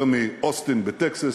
יותר מאוסטין בטקסס,